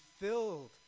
filled